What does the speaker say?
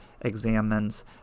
examines